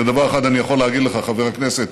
ודבר אחד אני יכול להגיד לך, חבר הכנסת: